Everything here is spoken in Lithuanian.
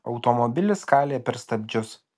automobilis kalė per stabdžius